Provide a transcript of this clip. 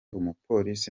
umupolisi